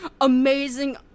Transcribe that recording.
amazing